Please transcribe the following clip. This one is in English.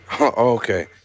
okay